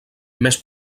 més